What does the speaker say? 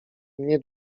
nie